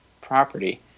property